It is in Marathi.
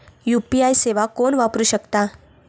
यू.पी.आय सेवा कोण वापरू शकता?